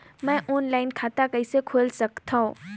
मैं ऑनलाइन खाता कइसे खोल सकथव?